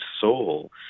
soul